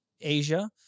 Asia